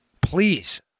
please